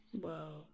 whoa